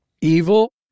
evil